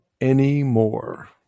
anymore